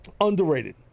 underrated